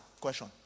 question